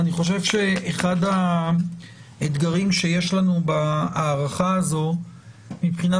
אני חושב שאחד האתגרים שיש לנו בהארכה הזו מבחינת